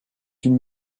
une